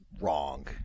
wrong